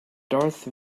darth